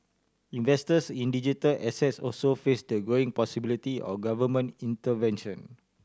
investors in digital assets also face the growing possibility of government intervention